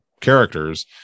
characters